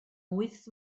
wyth